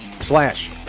slash